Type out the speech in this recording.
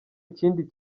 kindi